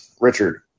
Richard